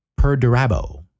Perdurabo